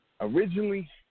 Originally